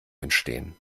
entstehen